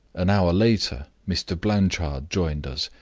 an hour later mr. blanchard joined us,